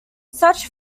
such